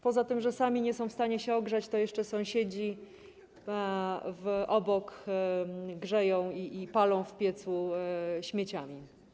Poza tym, że sami nie są w stanie się ogrzać, to jeszcze sąsiedzi obok grzeją, paląc w piecu śmieciami.